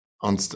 on